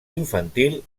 infantil